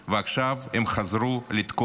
ועכשיו הם חזרו לתקוף